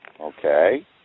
Okay